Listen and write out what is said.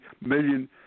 million